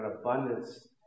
abundance